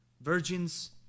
virgins